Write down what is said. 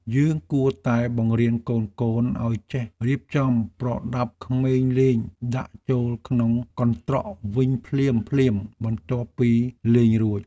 យើងគួរតែបង្រៀនកូនៗឱ្យចេះរៀបចំប្រដាប់ក្មេងលេងដាក់ចូលក្នុងកន្ត្រកវិញភ្លាមៗបន្ទាប់ពីលេងរួច។